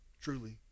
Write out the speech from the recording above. truly